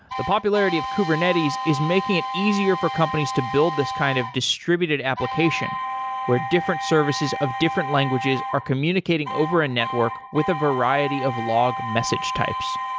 the popularity of kubernetes is making it easier for companies to build this kind of distributed application where different services of different languages are communicating over a network with a variety of log message types.